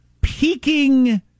peaking